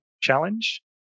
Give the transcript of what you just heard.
challenge